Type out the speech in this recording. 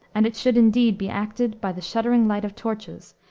and it should, indeed, be acted by the shuddering light of torches,